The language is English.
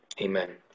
Amen